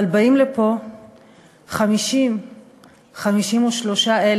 אבל באים לפה 50,000 53,000